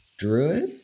Druid